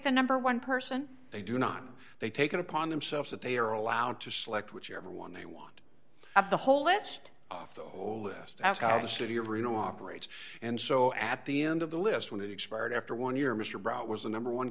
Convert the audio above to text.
the number one person they do not they take it upon themselves that they are allowed to select which everyone they want of the whole list off the whole list of how the city of reno operates and so at the end of the list when it expired after one year mr brough was the number one